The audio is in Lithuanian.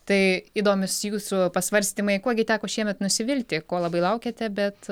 tai įdomios jūsų pasvarstymai kuo gi teko šiemet nusivilti ko labai laukėte bet